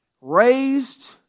raised